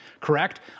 correct